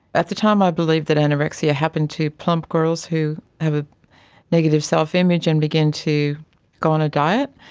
at the time i believed that anorexia happened to plump girls who have a negative self-image and begin to go on a diet,